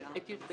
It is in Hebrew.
בואו נקרא את זה